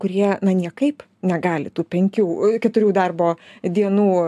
kurie na niekaip negali tų penkių keturių darbo dienų